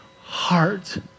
heart